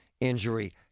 injury